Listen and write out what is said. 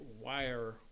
wire